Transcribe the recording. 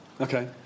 Okay